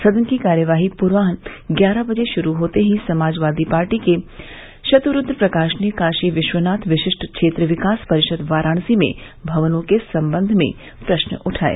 सदन की कार्यवाही पूर्वान्ह ग्यारह बजे शुरू होते ही समाजवादी पार्टी के शतुरूद्र प्रकाश ने काशी विश्वनाथ विशिष्ट क्षेत्र विकास परिषद वाराणसी में भवनों के संबंध में प्रश्न उठाया